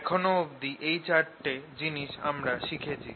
এখনো অবধি এই চারটে জিনিস আমরা সিখেছি